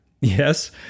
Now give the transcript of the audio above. Yes